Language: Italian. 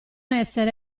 essere